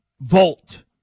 vault